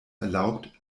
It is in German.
erlaubt